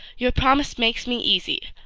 your promise makes me easy.